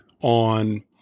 on